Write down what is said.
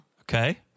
Okay